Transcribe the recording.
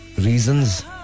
reasons